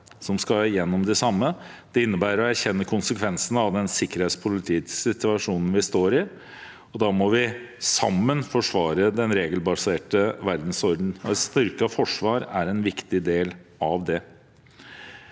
som skal gjennom det samme. Det innebærer å erkjenne konsekvensene av den sikkerhetspolitiske situasjonen vi står i, og da må vi sammen forsvare den regelbaserte verdensordenen. Et styrket forsvar er en viktig del av det.